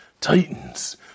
Titans